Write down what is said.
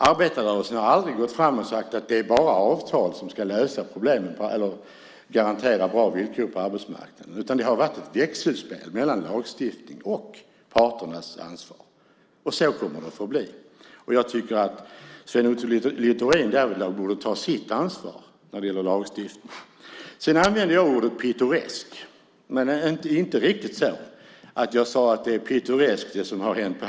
Arbetarrörelsen har aldrig gått fram och sagt att det bara är avtal som ska garantera bra villkor på arbetsmarknaden, utan det har varit ett växelspel mellan lagstiftning och parternas ansvar, och så kommer det att förbli. Jag tycker att Sven Otto Littorin därför borde ta sitt ansvar när det gäller lagstiftning. Sedan använde jag ordet pittoresk, men jag sade inte att det som hänt på hamburgerkedjorna var pittoreskt.